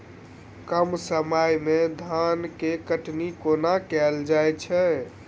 कम समय मे धान केँ कटनी कोना कैल जाय छै?